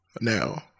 now